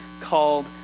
called